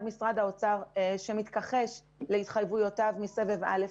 משרד האוצר שמתכחש להתחייבויותיו מסבב א',